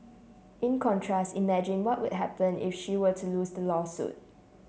in contrast imagine what would happen if she were to lose the lawsuit